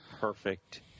perfect